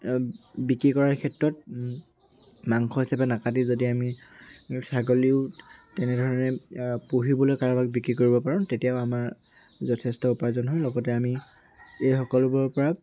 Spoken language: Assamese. বিক্ৰী কৰাৰ ক্ষেত্ৰত মাংস হিচাপে নাকাটি যদি আমি ছাগলীও তেনেধৰণে পুহিবলৈ কাৰোবাক বিক্ৰী কৰিব পাৰোঁ তেতিয়াও আমাৰ যথেষ্ট উপাৰ্জন হয় লগতে আমি এই সকলোবোৰৰ পৰা